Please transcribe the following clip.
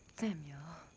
samuel.